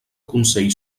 consell